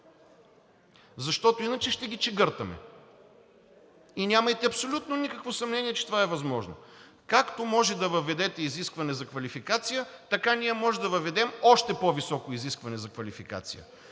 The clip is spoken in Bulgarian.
защото иначе ще ги чегъртаме. И нямайте абсолютно никакво съмнение, че това е възможно. Както можете да въведете изискване за квалификация, така ние можем да въведем още по-високо изискване за квалификация.